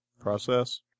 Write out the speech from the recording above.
process